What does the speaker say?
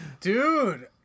Dude